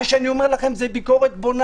מה שאני לכם זו ביקורת בונה.